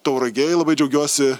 tauragėj labai džiaugiuosi